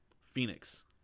Phoenix